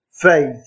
faith